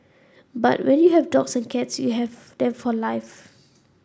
but when you have dogs and cats you have them for life